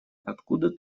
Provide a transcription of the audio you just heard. откуда